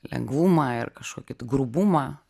lengvumą ir kažkokį grubumą